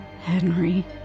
Henry